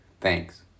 Thanks